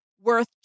worth